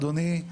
אדוני,